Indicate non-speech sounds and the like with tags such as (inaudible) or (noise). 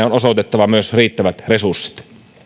(unintelligible) on osoitettava myös riittävät resurssit